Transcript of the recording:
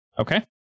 Okay